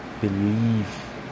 Believe